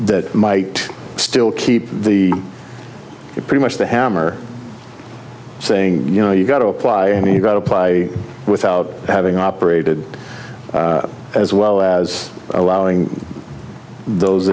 that might still keep it pretty much the hammer saying you know you've got to apply and you got apply without having operated as well as allowing those